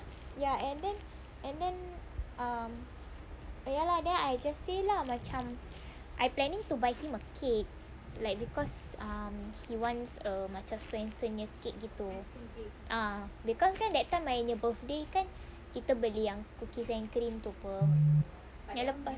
ya and then and then um ya lah then I just say lah macam I planning to buy him a cake like because um he wants a macam swensen nya cake gitu ah cause that time my birthday kan kita beli yang cookies and cream tu [pe] then lepas